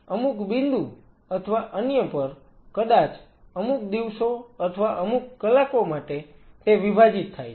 અમુક બિંદુ અથવા અન્ય પર કદાચ અમુક દિવસો અથવા અમુક કલાકો માટે તે વિભાજીત થાય છે